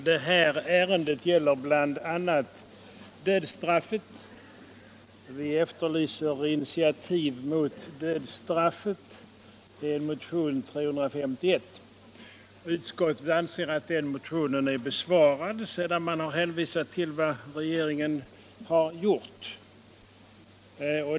Herr talman! Detta ärende gäller bl.a. dödsstraffet. Vi efterlyser i motionen 351 initiativ mot dödsstraffet. Utskottet anser att motionen är besvarad sedan utskottet hänvisat till vad regeringen har gjort.